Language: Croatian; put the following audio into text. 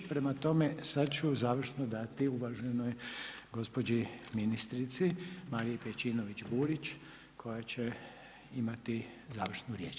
Prema tome, sad ću završno dati uvaženoj gospođi ministrici Mariji Pejčinović Burić koja će imati završnu riječ.